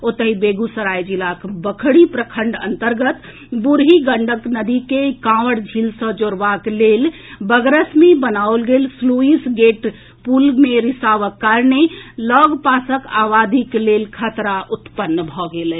ओतहि बेगूसराय जिलाक बखरी प्रखंड अंतर्गत बूढ़ी गंडक नदी के कांवर झील सॅ जोड़बाक लेल बगरस मे बनाओल गेल स्लुईस गेटक पुल मे रिसाव होयबा सॅ लऽग पासक आबादीक लेल खतरा उत्पन्न भऽ गेल अछि